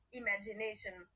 imagination